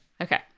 Okay